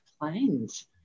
planes